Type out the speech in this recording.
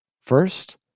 First